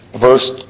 verse